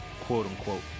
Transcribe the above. quote-unquote